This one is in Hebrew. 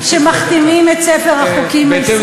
שמכתימים את ספר החוקים הישראלי.